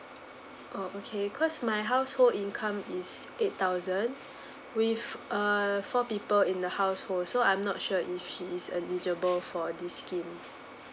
oh okay 'cos my household income is eight thousand we've err four people in the household so I'm not sure if she's eligible for this scheme